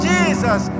Jesus